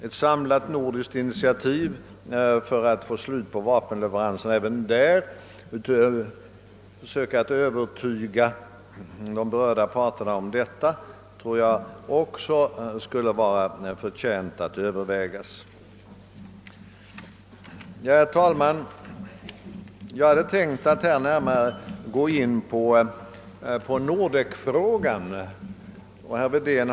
Ett samlat nordiskt initiativ för att få slut på vapenleveranserna även till Sudan skulle vara värt att ÖVervägas. Herr talman! Jag hade tänkt att närmare gå in på frågan om Nordek.